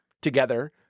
together